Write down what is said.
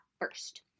first